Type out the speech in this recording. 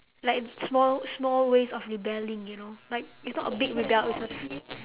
like small small ways of rebelling you know like it's not a big rebel it's a